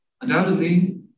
Undoubtedly